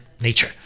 nature